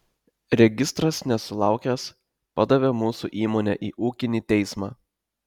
registras nesulaukęs padavė mūsų įmonę į ūkinį teismą